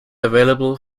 available